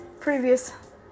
previous